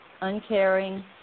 uncaring